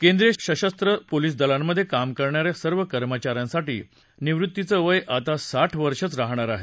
केंद्रीय सशस्त्र पोलीस दलांमधे काम करणा या सर्व कर्मचा यांसाठी निवृत्तीचं वय आता साठ वर्षच राहणार आहे